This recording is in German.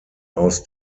aus